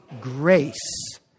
grace